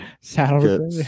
saddle